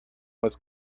was